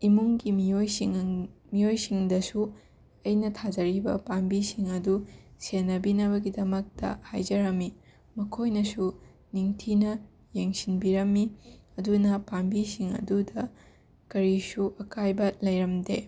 ꯏꯃꯨꯡꯒꯤ ꯃꯤꯑꯣꯏꯁꯤꯡ ꯃꯤꯑꯣꯏꯁꯤꯡꯗꯁꯨ ꯑꯩꯅ ꯊꯥꯖꯔꯤꯕ ꯄꯥꯝꯕꯤꯁꯤꯡ ꯑꯗꯨ ꯁꯦꯟꯅꯕꯤꯅꯕꯒꯤꯗꯃꯛꯇ ꯍꯥꯏꯖꯔꯝꯃꯤ ꯃꯈꯣꯏꯅꯁꯨ ꯅꯤꯡꯊꯤꯅ ꯌꯦꯡꯁꯤꯟꯕꯤꯔꯝꯃꯤ ꯑꯗꯨꯅ ꯄꯥꯝꯕꯤꯁꯤꯡ ꯑꯗꯨꯗ ꯀꯔꯤꯁꯨ ꯑꯀꯥꯏꯕ ꯂꯩꯔꯝꯗꯦ